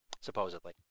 Supposedly